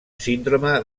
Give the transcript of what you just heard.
síndrome